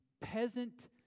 peasant